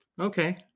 Okay